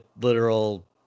literal